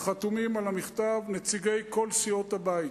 חתומים על המכתב נציגי כל סיעות הבית,